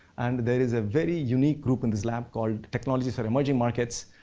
and there is a very unique group in this lab called technologies are emerging markets,